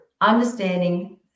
understanding